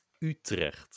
Utrecht